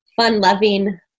fun-loving